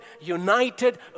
united